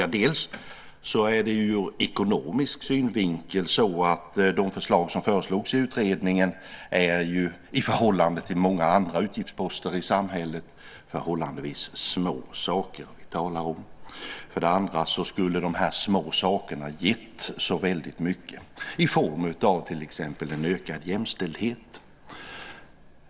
Ja, för det första är det ur ekonomisk synvinkel så att de förslag som presenterades i utredningen i förhållande till många andra utgiftsposter i samhället ju är förhållandevis små saker. För det andra skulle ju de här små sakerna ha gett så väldigt mycket i form av till exempel en ökad jämställdhet.